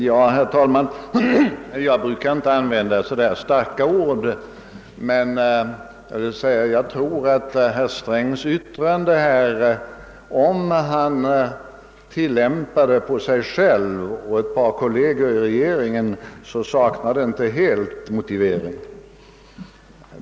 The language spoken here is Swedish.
Herr talman! Jag brukar inte använ da så där starka ord, men jag vill säga att jag tror att herr Strängs uttryck här — om han tillämpar det på sig själv och på ett par kolleger i regeringen — inte helt saknar motivering.